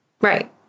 Right